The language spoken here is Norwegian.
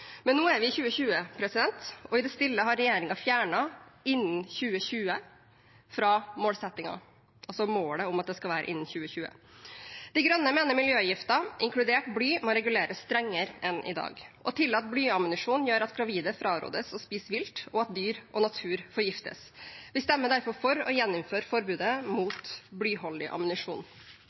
Men nå er vi i 2020, og i det stille har regjeringen fjernet «innen 2020» fra målsettingen – altså målet om at det skal være innen 2020. De Grønne mener miljøgifter, inkludert bly, må reguleres strengere enn i dag. Å tillate blyammunisjon gjør at gravide frarådes å spise vilt, og at dyr og natur forgiftes. Vi stemmer derfor for å gjeninnføre forbudet mot blyholdig ammunisjon.